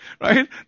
right